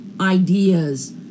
ideas